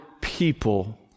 people